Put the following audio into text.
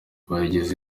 bayigize